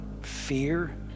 fear